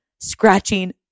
scratching